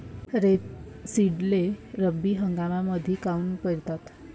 रेपसीडले रब्बी हंगामामंदीच काऊन पेरतात?